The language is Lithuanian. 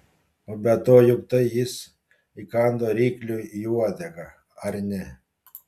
o be to juk tai jis įkando rykliui į uodegą ar ne